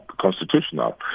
constitutional